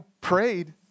prayed